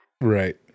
Right